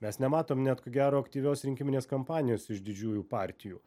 mes nematom net ko gero aktyvios rinkiminės kampanijos iš didžiųjų partijų